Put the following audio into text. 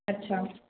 अच्छा